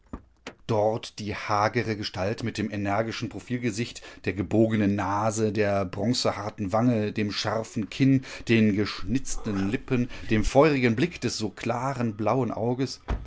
dort die hagere gestalt mit dem energischen prosilgesicht der gebogenen nase der bronzeharten wange dem scharfen kinn den geschnitzten lippen dem feurigen blick des so klaren blauen auges